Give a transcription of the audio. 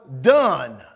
done